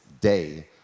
day